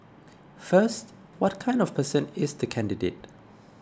first what kind of person is the candidate